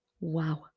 Wow